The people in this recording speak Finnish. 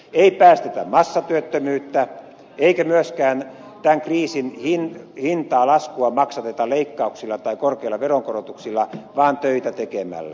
ei päästetä syntymään massatyöttömyyttä eikä myöskään tämän kriisin hintaa laskua maksateta leikkauksilla tai korkeilla veronkorotuksilla vaan töitä tekemällä